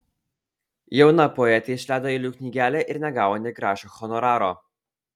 jauna poetė išleido eilių knygelę ir negavo nė grašio honoraro